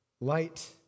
light